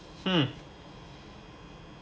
hmm